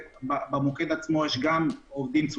סוציאליים במוקד עצמו וגם מוקדנים.